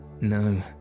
No